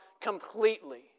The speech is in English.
completely